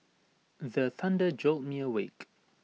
the thunder jolt me awake